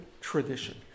tradition